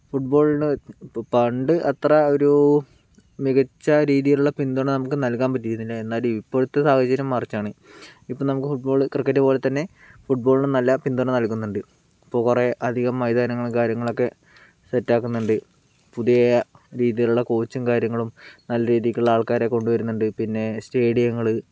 ഫുട്ബോളിന് ഇപ്പോൾ പണ്ട് അത്ര ഒരു മികച്ച രീതിക്കുള്ള പിന്തുണ നമുക്ക് നൽകാൻ പറ്റിയിരുന്നില്ല എന്നാലും ഇപ്പോഴത്തെ സാഹചര്യം മറിച്ചാണ് ഇപ്പോൾ നമുക്ക് ഫുട്ബോൾ ക്രിക്കറ്റ് പോലെ തന്നെ ഫുട്ബോളിനും നല്ല പിന്തുണ നൽകുന്നുണ്ട് ഇപ്പോൾ കുറേ അധികം മൈതാനങ്ങളും കാര്യങ്ങളൊക്കെ സെറ്റ് ആക്കുന്നുണ്ട് പുതിയ രീതിയിലുള്ള കോച്ചും കാര്യങ്ങളും നല്ല രീതിയിലുള്ള ആൾക്കാരെ കൊണ്ടു വരുന്നുണ്ട് പിന്നേ സ്റ്റേഡിയങ്ങൾ